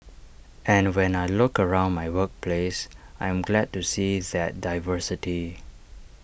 and when I look around my workplace I am glad to see that diversity